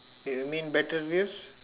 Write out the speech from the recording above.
you mean better wheels